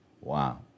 Wow